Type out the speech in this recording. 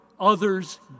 others